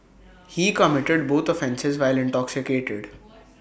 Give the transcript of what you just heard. he committed both offences while intoxicated